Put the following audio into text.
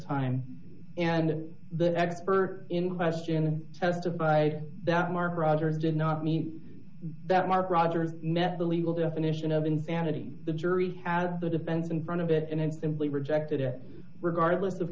time and the expert in question as to by that mark rogers did not mean that mark rogers met the legal definition of insanity the jury had the defense in front of it and simply rejected it regardless of